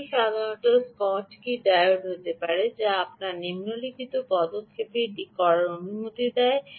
এটি সাধারণত Schottky diode হতে পারে যা আপনাকে নিম্নলিখিত পদক্ষেপে এটি করার অনুমতি দেয়